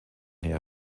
her